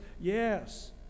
Yes